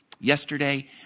Yesterday